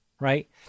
right